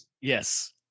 Yes